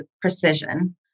precision